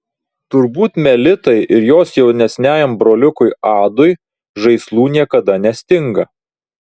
turbūt melitai ir jos jaunesniajam broliukui adui žaislų niekada nestinga